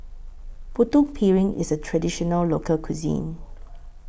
Putu Piring IS A Traditional Local Cuisine